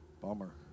Bummer